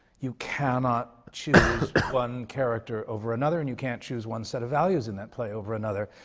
you can not choose one character over another, and you can't choose one set of values in that play over another.